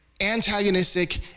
antagonistic